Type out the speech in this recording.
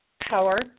power